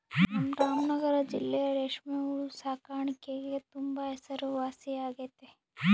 ನಮ್ ರಾಮನಗರ ಜಿಲ್ಲೆ ರೇಷ್ಮೆ ಹುಳು ಸಾಕಾಣಿಕ್ಗೆ ತುಂಬಾ ಹೆಸರುವಾಸಿಯಾಗೆತೆ